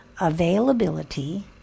availability